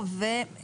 משמעת